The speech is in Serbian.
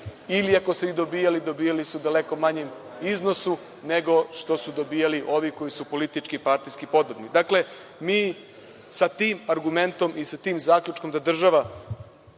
ili ako su ih dobijali, dobijali su u daleko manjem iznosu nego što su dobijali ovi koji su politički, partijski podobni. Dakle, mi sa tim argumentom i sa tim zaključkom da država